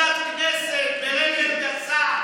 ובהתאם להחלטת הממשלה,